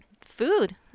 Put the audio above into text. food